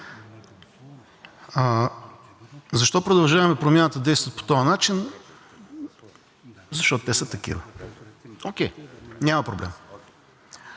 Защо „Продължаваме Промяната“ действат по този начин? Защото те са такива – окей, няма проблем.